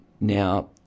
now